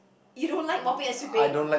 you don't like mopping and sweeping